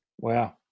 Wow